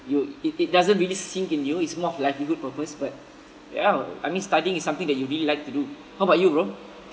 you it it doesn't really sink in you is more of livelihood purpose but ya I mean studying is something that you really like to do how about you bro